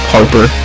Harper